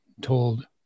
told